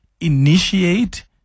initiate